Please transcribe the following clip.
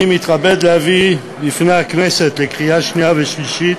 אני מתכבד להביא בפני הכנסת לקריאה שנייה ושלישית